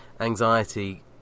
anxiety